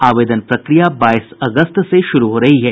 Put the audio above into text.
आवेदन प्रक्रिया बाईस अगस्त से शुरू हो रही है